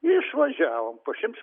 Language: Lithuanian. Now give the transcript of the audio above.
išvažiavom po šimts